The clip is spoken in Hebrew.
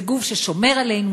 זה גוף ששומר עלינו,